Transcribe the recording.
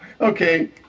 Okay